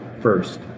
first